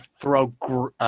throw